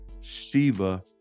Shiva